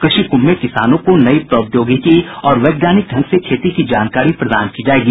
कृषि कुंभ में किसानों को नयी प्रौद्योगिकी और वैज्ञानिक ढंग से खेती का जानकारी प्रदान की जायेगी